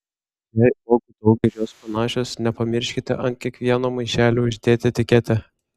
jei uogų daug ir jos panašios nepamirškite ant kiekvieno maišelio uždėti etiketę